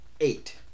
eight